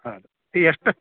ಹೌದು ಈಗ ಎಷ್ಟು